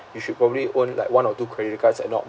you should probably own like one or two credit cards and not